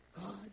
God